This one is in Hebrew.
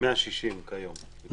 160 כיום.